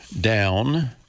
down